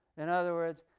in other words,